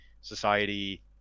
society